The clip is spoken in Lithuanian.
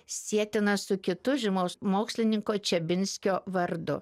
sietinas su kitu žymaus mokslininko čebinskio vardu